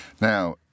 Now